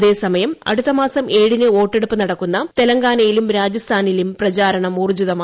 അതേസമയം അടുത്തമാസം ഏഴിന് വോട്ടെടുപ്പ് നടക്കുന്ന തെലങ്കാനയിലും രാജസ്ഥാനിലും പ്രചാരണം ഊർജിതമായി